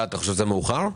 אתה חושב שזה מאוחר?